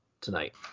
tonight